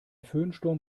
föhnsturm